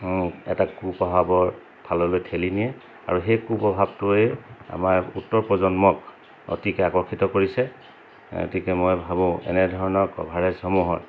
এটা কু প্ৰভাৱৰ ফাললৈ ঠেলি নিয়ে আৰু সেই কু প্ৰভাৱটোৱেই আমাৰ উত্তৰ প্ৰজন্মক অতিকৈ আকৰ্ষিত কৰিছে গতিকে মই ভাবোঁ এনেধৰণৰ কভাৰেজসমূহৰ